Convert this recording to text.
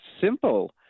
simple